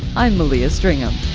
i'm malia stringham.